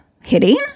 hitting